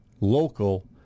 local